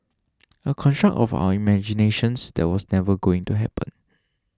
a construct of our imaginations that was never going to happen